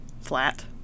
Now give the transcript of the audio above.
flat